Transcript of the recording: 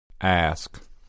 Ask